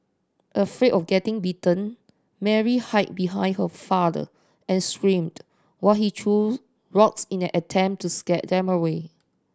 afraid of getting bitten Mary hid behind her father and screamed while he threw rocks in an attempt to scare them away